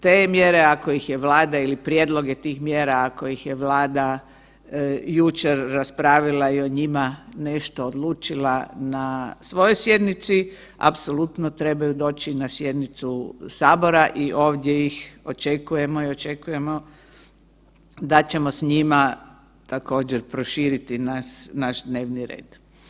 Te mjere ako ih je Vlada ili prijedloge tih mjera ako ih Vlada jučer raspravila i o njima nešto odlučila na svojoj sjednici, apsolutno trebaju doći na sjednicu Sabora i ovdje ih očekujemo i očekujemo da ćemo s njima također proširiti naš dnevni red.